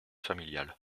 familiale